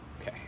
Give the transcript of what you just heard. Okay